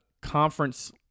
conference